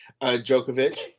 Djokovic